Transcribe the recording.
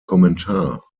kommentar